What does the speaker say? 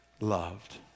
loved